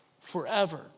forever